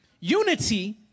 Unity